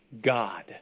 God